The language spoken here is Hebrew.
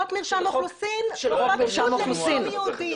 של חוק מרשם אוכלוסין לרישום יהודי.